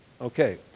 Okay